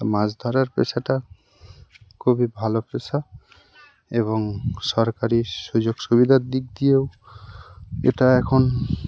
মাছ ধরার পেশাটা খুবই ভালো পেশা এবং সরকারি সুযোগ সুবিধার দিক দিয়েও এটা এখন